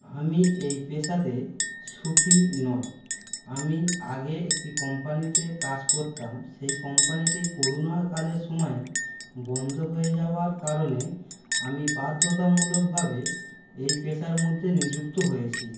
আমি এই পেশাতে সুখী নয় আমি আগে একটি কোম্পানিতে কাজ করতাম সেই কোম্পানিটি করোনা কালের সময়ে বন্ধ হয়ে যাওয়ার কারণে আমি বাধ্যতামূলকভাবে এই পেশার মধ্যে নিযুক্ত হয়েছি